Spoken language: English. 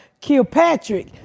Kilpatrick